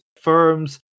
firms